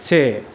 से